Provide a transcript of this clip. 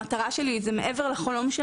המטרה שלי היא שמעבר לחלום של